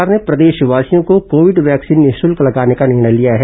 राज्य सरकार ने प्रदेशवासियों को कोविड वैक्सीन निःशुल्क लगाने का निर्णय लिया है